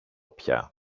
πια